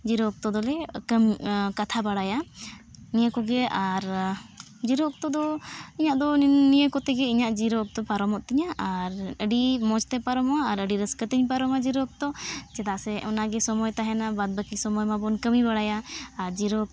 ᱡᱤᱨᱟᱹᱣ ᱚᱠᱛᱚ ᱫᱚᱞᱮ ᱠᱟᱛᱷᱟ ᱵᱟᱲᱟᱭᱟ ᱱᱤᱭᱟᱹ ᱠᱚᱜᱮ ᱟᱨ ᱡᱤᱨᱟᱹᱣ ᱚᱠᱛᱚ ᱫᱚ ᱤᱧᱟᱹᱜ ᱫᱚ ᱱᱤᱭᱟᱹ ᱠᱚᱛᱮ ᱜᱮ ᱤᱧᱟᱹᱜ ᱡᱤᱨᱟᱹᱣ ᱚᱠᱛᱚ ᱯᱟᱨᱚᱢᱚᱜ ᱛᱤᱧᱟᱹ ᱟᱨ ᱟᱹᱰᱤ ᱢᱚᱡᱽ ᱛᱮ ᱯᱟᱨᱚᱢᱚᱜᱼᱟ ᱟᱨ ᱟᱹᱰᱤ ᱨᱟᱹᱥᱠᱟᱹ ᱛᱤᱧ ᱯᱟᱨᱚᱢᱟ ᱡᱤᱨᱟᱹᱣ ᱚᱠᱛᱚ ᱪᱮᱫᱟᱜ ᱥᱮ ᱚᱱᱟᱜᱮ ᱥᱚᱢᱚᱭ ᱛᱟᱦᱮᱱᱟ ᱵᱟᱫ ᱵᱟᱹᱠᱤ ᱥᱚᱢᱚᱭ ᱢᱟᱵᱚᱱ ᱠᱟᱹᱢᱤ ᱵᱟᱲᱟᱭᱟ ᱟᱨ ᱡᱤᱨᱟᱹᱣ ᱚᱠᱛᱚ ᱨᱮ